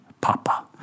Papa